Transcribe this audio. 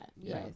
yes